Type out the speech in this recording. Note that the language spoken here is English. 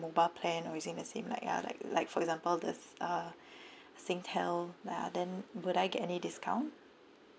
mobile plan or using the same like uh like like for example this uh singtel ya then would I get any discount